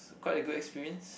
it's quite a good experience